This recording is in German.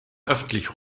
öffentlich